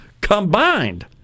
Combined